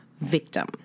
victim